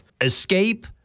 escape